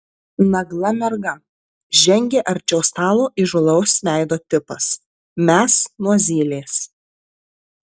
nagla merga žengė arčiau stalo įžūlaus veido tipas mes nuo zylės